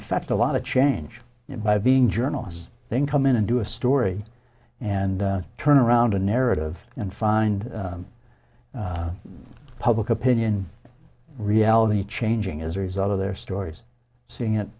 affect a lot of change it by being journalists then come in and do a story and turn around a narrative and find public opinion reality changing as a result of their stories seeing it